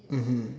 mmhmm